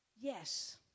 Yes